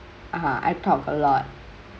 ah I talk a lot